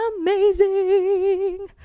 Amazing